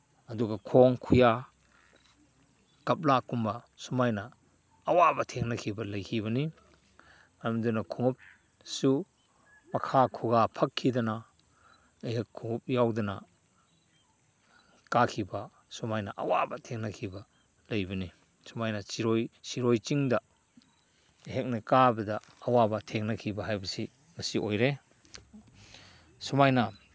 ꯑꯗꯨꯒ ꯈꯣꯡ ꯈꯨꯌꯥ ꯀꯞꯂꯥꯛꯀꯨꯝꯕ ꯁꯨꯃꯥꯏꯅ ꯑꯋꯥꯕ ꯊꯦꯡꯅꯈꯤꯕ ꯂꯩꯈꯤꯕꯅꯤ ꯃꯔꯝ ꯑꯗꯨꯅ ꯈꯣꯡꯎꯞꯁꯨ ꯃꯈꯥ ꯈꯨꯒꯥ ꯐꯛꯈꯤꯗꯅ ꯑꯩꯍꯥꯛ ꯈꯣꯡꯎꯞ ꯌꯥꯎꯗꯅ ꯀꯥꯈꯤꯕ ꯁꯨꯃꯥꯏꯅ ꯑꯋꯥꯕ ꯊꯦꯡꯅꯈꯤꯕ ꯂꯩꯕꯅꯤ ꯁꯨꯃꯥꯏꯅ ꯁꯤꯔꯣꯏ ꯁꯤꯔꯣꯏ ꯆꯤꯡꯗ ꯑꯩꯍꯥꯛꯅ ꯀꯥꯕꯗ ꯑꯋꯥꯥꯕ ꯊꯦꯡꯅꯈꯤꯕ ꯍꯥꯏꯕꯁꯤ ꯑꯁꯤ ꯑꯣꯏꯔꯦ ꯁꯨꯃꯥꯏꯅ